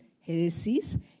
heresies